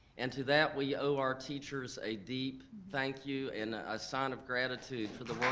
and to that we owe our teachers a deep thank you and a sign of gratitude for the